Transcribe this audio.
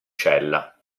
cella